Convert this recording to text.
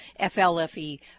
FLFE